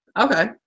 Okay